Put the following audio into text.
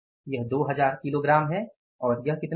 यह 2000 किलोग्राम है और यह कितना होगा